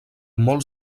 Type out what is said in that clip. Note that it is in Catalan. molt